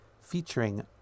featuring